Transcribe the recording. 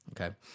okay